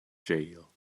jail